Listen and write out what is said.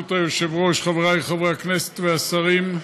ברשות היושב-ראש, חברי חברי הכנסת והשרים,